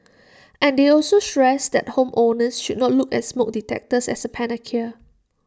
and they also stressed that home owners should not look at smoke detectors as A panacea